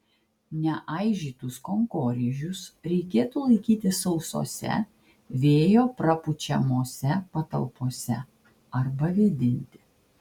neaižytus kankorėžius reikėtų laikyti sausose vėjo prapučiamose patalpose arba vėdinti